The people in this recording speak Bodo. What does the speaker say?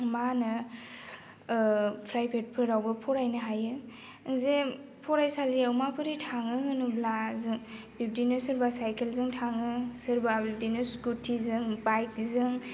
मा होनो फ्राइभेटफोरावबो फरायनो हायो जे फरायसालियाव माबोरै थाङो होनोब्ला जों बिब्दिनो सोरबा साइकेलजों थाङो सोरबा बिब्दिनो स्कुटिजों बाइकजों